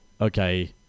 Okay